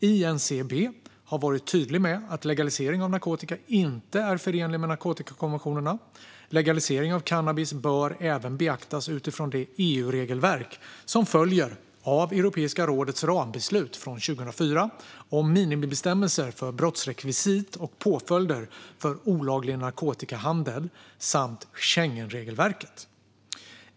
INCB har varit tydligt med att legalisering av narkotika inte är förenligt med narkotikakonventionerna. Legaliseringen av cannabis bör även beaktas utifrån det EU-regelverk som följer av Europeiska rådets rambeslut från 2004 om minimibestämmelser för brottsrekvisit och påföljder för olaglig narkotikahandel samt Schengenregelverket.